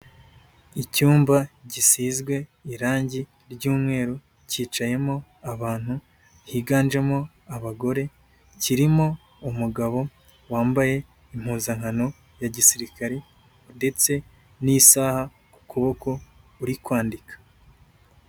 Icyumba gisizwe irangi r'umweru kicayemo abantu higanjemo abagore, kirimo umugabo wambaye impuzankano ya gisirikare, ndetse n'isaha ku kuboko uri kwandika.